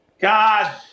God